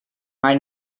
our